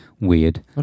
weird